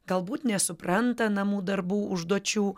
galbūt nesupranta namų darbų užduočių